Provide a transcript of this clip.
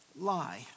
lie